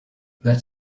that